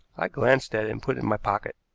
i glanced at it and put it in my pocket.